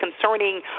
concerning